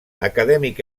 acadèmic